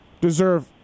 deserve